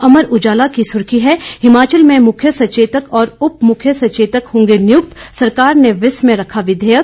अमर उजाला की सुर्खी है हिमाचल में मुख्य सचेतक और उप मुख्य सचेतक होंगे नियुक्त सरकार ने विस में रखा विधेयक